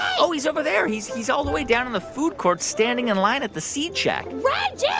oh, he's over there. he's he's all the way down in the food court, standing in line at the seed shack reggie.